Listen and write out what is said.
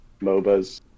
MOBAs